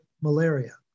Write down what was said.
malaria